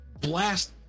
blast